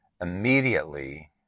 immediately